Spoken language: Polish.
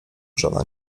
żona